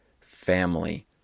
family